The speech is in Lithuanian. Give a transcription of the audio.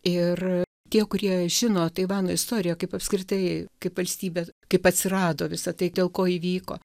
ir tie kurie žino taivano istoriją kaip apskritai kaip valstybė kaip atsirado visa tai dėl ko įvyko